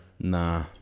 Nah